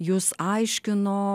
jus aiškino